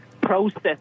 process